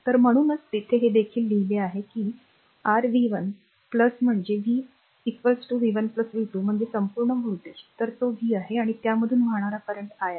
तर म्हणूनच येथे हे देखील लिहिले आहे की r v 1 म्हणजेच v v 1 v 2 म्हणजे संपूर्ण व्होल्टेज तर तो v आहे आणि यामधून वाहणारा करंट i आहे